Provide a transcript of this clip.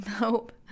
Nope